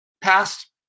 Past